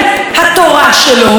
הזהות היהודית שלו,